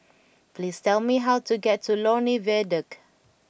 please tell me how to get to Lornie Viaduct